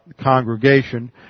congregation